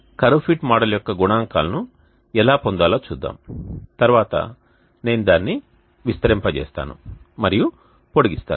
curve fit model యొక్క గుణాంకాలను ఎలా పొందాలో చూద్దాం తరువాత నేను దానిని విస్తరింపజేస్తాను మరియు పొడిగిస్తాను